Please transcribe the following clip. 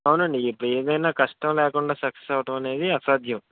అవునండీ ఇప్పుడు ఏదైనా కష్టం లేకుండా సక్సస్ అవ్వటమనేది అసాధ్యం